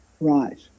right